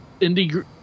indie